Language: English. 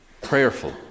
prayerful